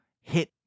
hit